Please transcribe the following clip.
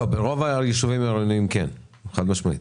ברוב היישובים העירוניים כן, חד-משמעית.